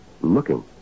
Looking